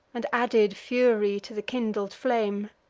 and added fury to the kindled flame.